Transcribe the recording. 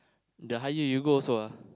the higher you go also ah